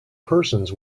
persons